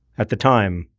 at the time,